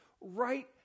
right